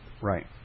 right